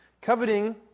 Coveting